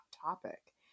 topic